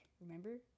remember